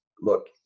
look